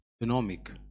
economic